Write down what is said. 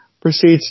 proceeds